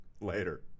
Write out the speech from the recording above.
Later